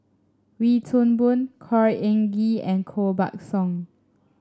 Wee Toon Boon Khor Ean Ghee and Koh Buck Song